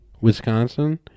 Wisconsin